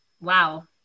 Wow